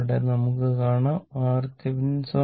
ഇവിടെ നമുക്ക് കാണാം RThevenin 0